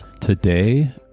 Today